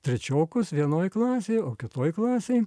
trečiokus vienoj klasėj o kitoj klasėj